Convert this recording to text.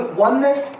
oneness